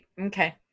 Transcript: Okay